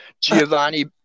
giovanni